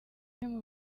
bamwe